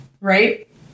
Right